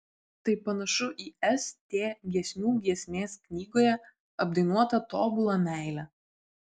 tai panašu į st giesmių giesmės knygoje apdainuotą tobulą meilę